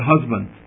husband